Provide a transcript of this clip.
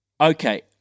okay